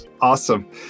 Awesome